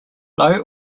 low